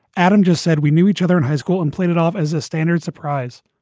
adam just said we knew each other in high school and played it off as a standard surprise.